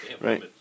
right